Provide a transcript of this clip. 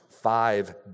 five